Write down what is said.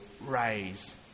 raise